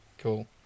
cool